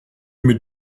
mit